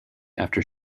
after